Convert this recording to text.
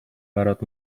برات